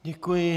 Děkuji.